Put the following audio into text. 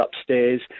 upstairs